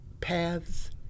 paths